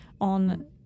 on